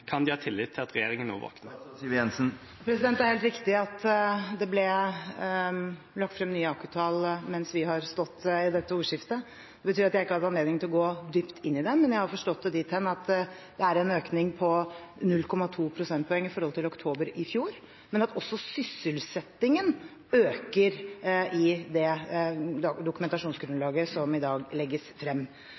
Kan de ha tillit til at regjeringa nå våkner? Det er helt riktig at det er blitt lagt frem nye AKU-tall mens vi har stått i dette ordskiftet. Det betyr at jeg ikke har hatt anledning til å gå dypt inn i dem. Jeg har forstått det dit hen at det er en økning på 0,2 prosentpoeng i forhold til oktober i fjor, men at også sysselsettingen øker, ifølge det dokumentasjonsgrunnlaget som i dag legges frem.